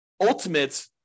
ultimate